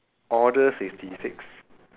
order sixty six